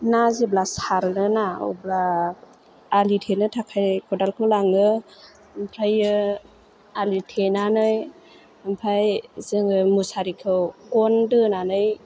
ना जेब्ला सारोना अब्ला आलि थेनो थाखाय खदालखौ लाङो ओमफ्रायो आलि थेनानै ओमफ्राय जोङो मुसारिखौ गन दोनानै